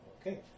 okay